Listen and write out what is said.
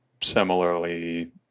similarly